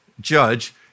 judge